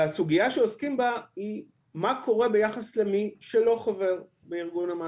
הסוגיה שעוסקים בה היא מה שקורה ביחס למי שלא חבר בארגון המעסיקים.